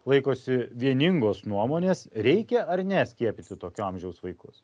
laikosi vieningos nuomonės reikia ar ne skiepysi tokio amžiaus vaikus